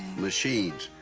machines.